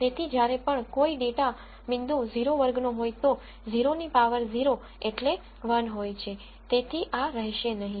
તેથી જ્યારે પણ કોઈ ડેટા પોઇન્ટ 0 વર્ગનો હોય તો 0 ની પાવર 0 એટલે 1 હોય છે તેથી આ રહશે નહિ